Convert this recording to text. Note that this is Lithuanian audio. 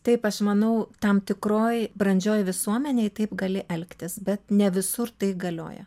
taip aš manau tam tikroj brandžioj visuomenėj taip gali elgtis bet ne visur tai galioja